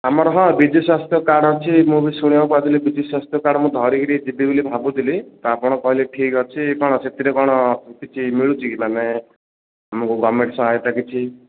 ଆମର ହଁ ବିଜୁ ସ୍ୱାସ୍ଥ୍ୟ କାର୍ଡ଼ ଅଛି ମୁଁ ବି ଶୁଣିବାକୁ ପାଉଥୁଲି ବିଜୁ ସ୍ୱାସ୍ଥ୍ୟ କାର୍ଡ଼ ମୁଁ ଧରିକିରି ଯିବି ବୋଲି ଭାବୁଥିଲି ତ ଆପଣ କହିଲେ ଠିକ୍ ଅଛି କ'ଣ ସେଥିରେ କ'ଣ କିଛି ମିଳୁଛିକି ମାନେ ଆମକୁ ଗଭର୍ଣ୍ଣମେଣ୍ଟ ସହାୟତା କିଛି